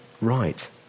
right